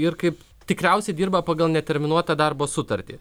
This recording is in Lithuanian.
ir kaip tikriausiai dirba pagal neterminuotą darbo sutartį